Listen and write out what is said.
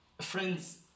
Friends